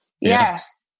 Yes